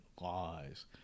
lies